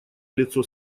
лицо